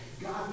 God